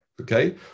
Okay